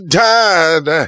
died